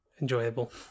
enjoyable